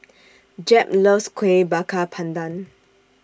Jep loves Kueh Bakar Pandan